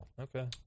Okay